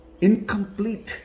incomplete